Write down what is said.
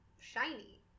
shiny